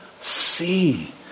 see